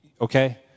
Okay